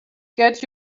get